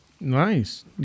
Nice